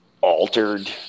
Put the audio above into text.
altered